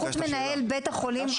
ביקשתי שאלה,